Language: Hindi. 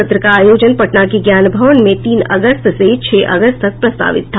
सत्र का आयोजन पटना के ज्ञान भवन में तीन अगस्त से छह अगस्त तक प्रस्तावित था